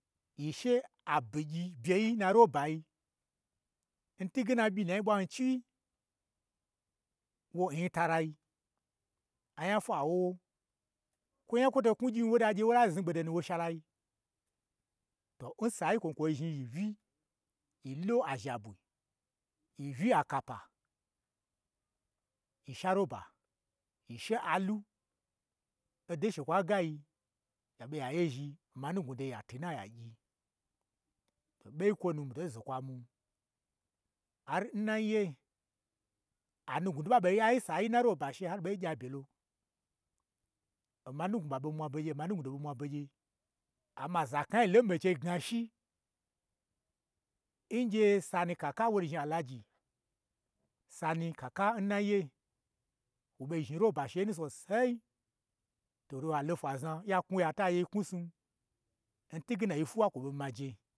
Yi she abigyi byei n na robayi, n twuge na, ɓyi nayi n ɓwan chi wyi, loo n nyitalai, anyafwa wo wo, kwo nya n kwo to knwu gyi wo dala znugbodo nun woshaka, to n sai kwo ɓei kwo zhni yi yi uyi, yi lo azha bwu, yi uyi akapa ye sha roba, yi she alu odo n shekwa gayi ya ɓe ya yezhn ma nugnwu doyi, ya twu na ya gyini. To ɓein kwo nu mito zo kwa mwun, har n naye, a nugnwudo n ɓa ɓei ya yi n sayi, n na roba shi har ɓei gya byelo. Oma nugnwu ɓa ɓei mwa begye omanugnwudo ɓa ɓei mwa begye, amma zaknai lon mii ɓo chei gnashi, n gye sani lakan wonu zhni alahaji sani kaka n nay wo ɓo zhni roba shei nu sosai, ya lo fwna zna to a gye yi n knwusnun, n twuge na oyi fwuwa kwo ɓo maje.